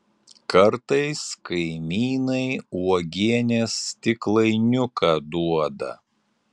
kartais kaimynai uogienės stiklainiuką duoda